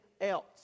else